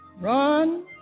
run